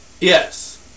Yes